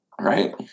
Right